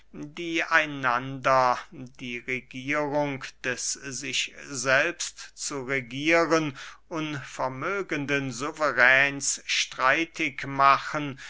die einander die regierung des sich selbst zu regieren unvermögenden suveräns streitig machen